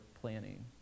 planning